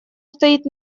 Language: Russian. стоит